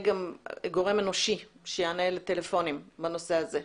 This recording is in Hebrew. גם גורם אנושי שיענה לטלפונים בנושא הזה.